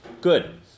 good